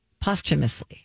posthumously